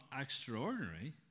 extraordinary